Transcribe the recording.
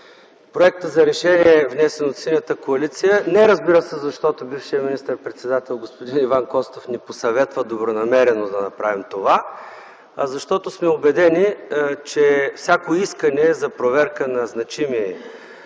проекта за решение, внесен от Синята коалиция – не разбира се, защото бившият министър-председател господин Иван Костов ни посъветва добронамерено да направим това, а защото сме убедени, че всяко искане за проверка на значими